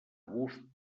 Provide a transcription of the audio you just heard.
gust